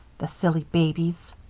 the silly babies.